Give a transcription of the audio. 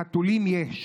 לחתולים יש,